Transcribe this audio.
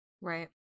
right